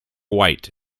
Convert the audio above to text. white